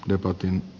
jo kotiin